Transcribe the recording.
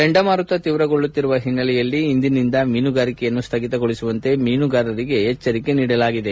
ಚಂಡಮಾರುತ ತೀವ್ರಗೊಳ್ಳುತ್ತಿರುವ ಹಿನ್ನೆಲೆಯಲ್ಲಿ ಇಂದಿನಿಂದ ಮೀನುಗಾರಿಕೆಯನ್ನು ಸ್ವಗಿತಗೊಳಿಸುವಂತೆ ಮೀನುಗಾರರಿಗೆ ಸಲಹೆ ನೀಡಲಾಗಿದೆ